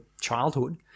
childhood